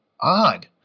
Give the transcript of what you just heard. Odd